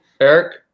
Eric